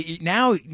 Now